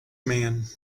man